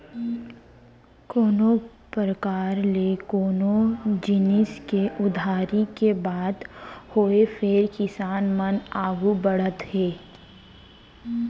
कोनों परकार ले कोनो जिनिस के उधारी के बात होय फेर किसान मन आघू बढ़त हे